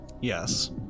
Yes